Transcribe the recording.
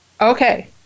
Okay